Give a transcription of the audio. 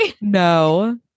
No